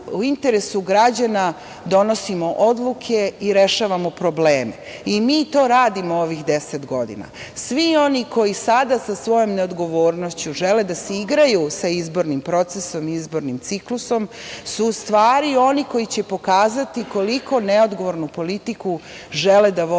u interesu građana donosimo odluke i rešavamo probleme. I mi to radimo ovih 10 godina. Svi oni koji sada sa svojom neodgovornošću žele da se igraju sa izbornim procesom i izbornim ciklusom, su u stvari oni koji će pokazati koliko neodgovornu politiku žele da vode